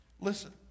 Listen